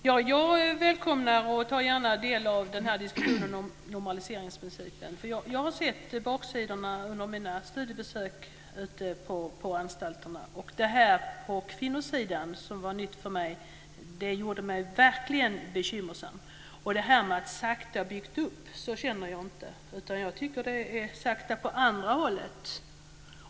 Fru talman! Jag välkomnar och tar gärna del av den här diskussionen om normaliseringsprincipen. Jag har sett baksidorna under mina studiebesök ute på anstalterna. Hur det var på kvinnosidan var nytt för mig, och det gjorde mig verkligen bekymrad. Och att man sakta skulle ha byggt upp detta känner jag inte, utan jag tycker att det går sakta åt andra hållet.